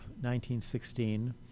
1916